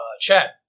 Chad